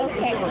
Okay